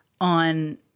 on